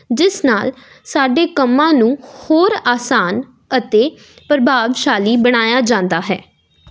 ਜਿਸ ਨਾਲ ਸਾਡੇ ਕੰਮਾਂ ਨੂੰ ਹੋਰ ਆਸਾਨ ਅਤੇ ਪ੍ਰਭਾਵਸ਼ਾਲੀ ਬਣਾਇਆ ਜਾਂਦਾ ਹੈ